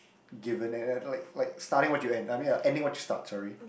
given and and like like starting what you end I mean ah ending what you start sorry